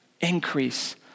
increase